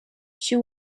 she